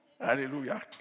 Hallelujah